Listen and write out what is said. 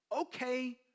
Okay